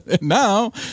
now